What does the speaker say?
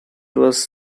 was